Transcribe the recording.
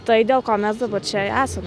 tai dėl ko mes dabar čia i esame